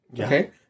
Okay